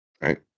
Right